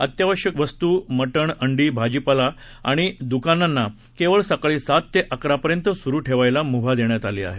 अत्यावश्यक वस्तू मटण अंडी भाजीपाला आदी दुकानांना केवळ सकाळी सात ते अकरा पर्यंत सुरू ठेवायला मुभा दिली आहे